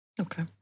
Okay